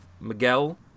miguel